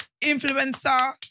influencer